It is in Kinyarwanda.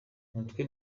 umutwe